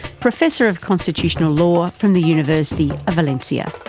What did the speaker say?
professor of constitutional law from the university of valencia.